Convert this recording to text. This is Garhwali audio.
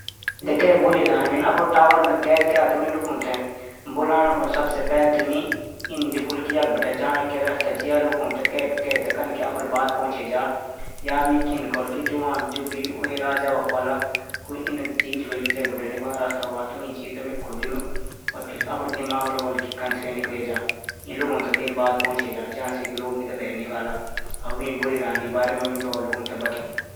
अगर समुद्र स्तर ऐंच एग्या और जमीन पाणी ताल है। त इंसान कु जीवित रहणू उपाय कन प्वाडला। सबसे पैल त विकल्प तलासणा प्वाडला इंसानो थै पाणी थै निकलणू रस्ता बनाण पुवाडलू जनकी क्वी प्लेटफार्म बनाण पुवाडलू जू पाणी ऊपर तैरणू वालू हवालू।